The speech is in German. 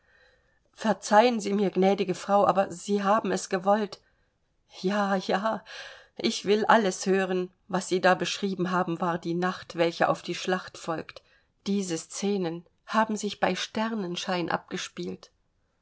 verzeihen sie mir gnädige frau aber sie haben es gewollt ja ja ich will alles hören was sie da beschrieben haben war die nacht welche auf die schlacht folgt diese scenen haben sich bei sternenschein abgespielt